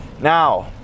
Now